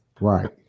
right